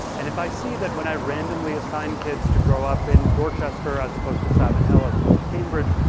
and if i see that when i randomly assign kids to grow up in dorchester as opposed to savin hill as opposed to cambridge,